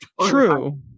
True